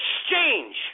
exchange